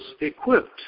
equipped